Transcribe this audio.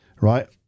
right